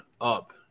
up